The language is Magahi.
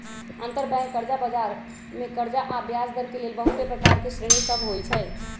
अंतरबैंक कर्जा बजार मे कर्जा आऽ ब्याजदर के लेल बहुते प्रकार के श्रेणि सभ होइ छइ